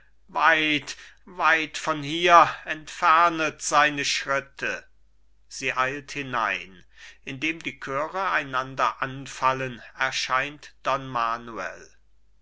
weit weit von hier entfernet seine schritte sie eilt hinein indem die chöre einander anfallen erscheint